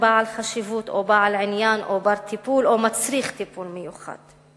בעל חשיבות או בעל עניין או בר-טיפול או מצריך טיפול מיוחד.